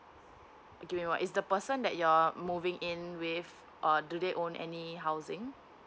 do you mean what is the person that you're moving in with err do they own any housing